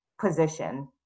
position